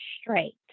straight